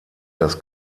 das